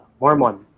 Mormon